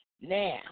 Now